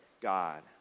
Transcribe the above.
God